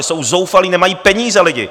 Jsou zoufalí, nemají peníze lidé!